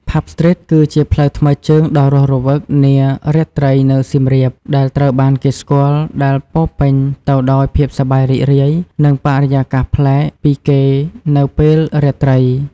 ផាប់ ស្ទ្រីត គឺជាផ្លូវថ្មើរជើងដ៏រស់រវើកនារាត្រីនៅសៀមរាប ដែលត្រូវបានគេស្គាល់ដែលពោរពេញទៅដោយភាពសប្បាយរីករាយ និងបរិយាកាសប្លែកពីគេនៅពេលរាត្រី។